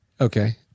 Okay